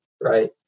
right